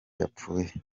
yapfuye